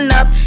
up